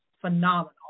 phenomenal